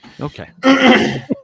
Okay